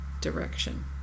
direction